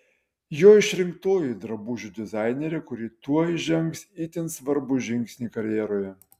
jo išrinktoji drabužių dizainerė kuri tuoj žengs itin svarbų žingsnį karjeroje